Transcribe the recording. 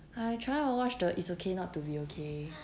I trying to watch the it's okay not to be okay